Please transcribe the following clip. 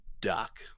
Doc